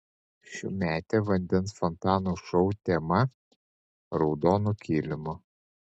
šiųmetė vandens fontanų šou tema raudonu kilimu